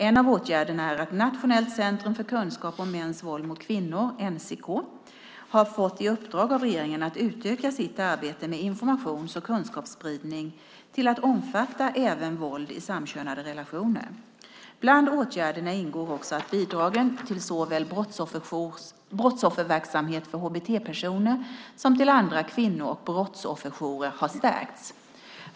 En av åtgärderna är att Nationellt centrum för kunskap om mäns våld mot kvinnor, NCK, har fått i uppdrag av regeringen att utöka sitt arbete med informations och kunskapsspridning till att omfatta även våld i samkönade relationer. Bland åtgärderna ingår också att bidragen till såväl brottsofferverksamhet för HBT-personer som andra kvinno och brottsofferjourer har stärkts.